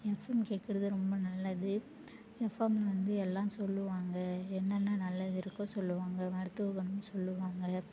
FM கேட்கறது ரொம்ப நல்லது எஃப்எம் வந்து எல்லாம் சொல்லுவாங்க என்னென்ன நல்லது இருக்கோ சொல்லுவாங்க மருத்துவ குணம் சொல்லுவாங்க